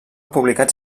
publicats